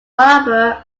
barber